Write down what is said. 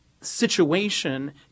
situation